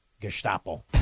Gestapo